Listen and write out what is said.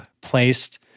placed